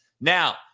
Now